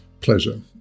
Pleasure